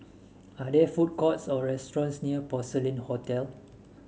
are there food courts or restaurants near Porcelain Hotel